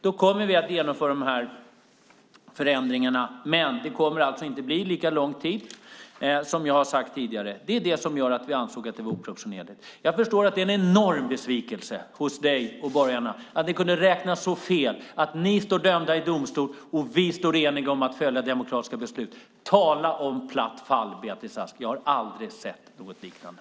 Vi kommer att genomföra förändringarna, men det kommer inte att bli lika lång tid som jag har sagt tidigare. Vi ansåg att det är oproportionerligt. Jag förstår att det är en enorm besvikelse för dig och borgarna att ni kunde räkna så fel, att ni står dömda i domstol och att vi står eniga om att följa demokratiska beslut. Tala om platt fall, Beatrice Ask! Jag har aldrig sett något liknande.